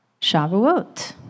Shavuot